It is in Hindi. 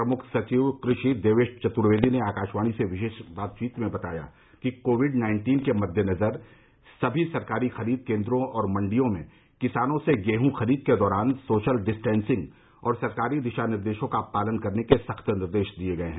प्रमुख सचिव कृषि देवेश चतुर्वेदी ने आकशवाणी से विशेष बातचीत में बताया कि कोविड नाइन्टीन के मददेनजर सभी सरकारी खरीद केन्द्रों और मंडियों में किसानों से गेहूँ खरीद के दौरान सोशल डिस्टेंसिंग और सरकारी दिशा निर्देशों का पालन करने के सख्त निर्देश दिये गये हैं